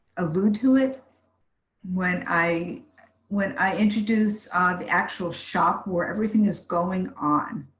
alluded to it when i when i introduce the actual shop where everything is going on.